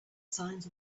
signs